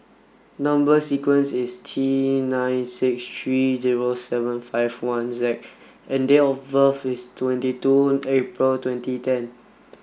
number sequence is T nine six three zero seven five one Z and date of birth is twenty two April twenty ten